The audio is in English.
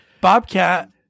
Bobcat